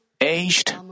aged